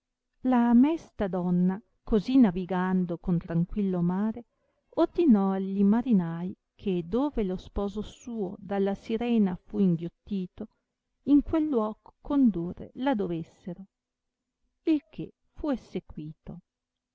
la mesta donna così navigando con tranquillo mare ordinò alli marinai che dove lo sposo suo dalla sirena fu inghiottito in quel luoco condurre la dovessero il che fu